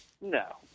no